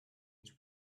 its